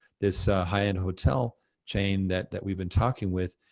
this high end hotel chain that that we've been talking with,